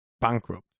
bankrupt